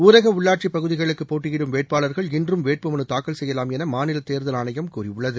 ஊரக உள்ளாட்சி பகுதிகளுக்கு போட்டியிடும் வேட்பாளர்கள் இன்றும் வேட்புமனு தாக்கல் செய்யலாம் என மாநில தேர்தல் ஆணையம் கூறியுள்ளது